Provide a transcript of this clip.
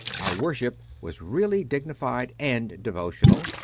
our worship was really digni fied and devotional,